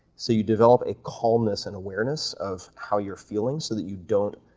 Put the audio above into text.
so you develop a calmness and awareness of how you're feeling so that you don't